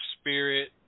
spirit